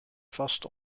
vast